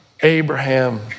Abraham